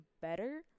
better